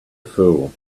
fool